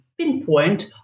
Pinpoint